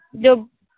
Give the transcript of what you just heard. जो